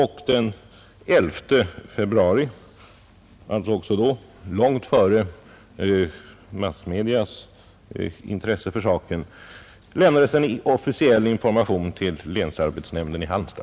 Den 11 februari — även då långt före massmedias intresse för saken — lämnades en officiell information till länsarbetsnämnden i Halmstad.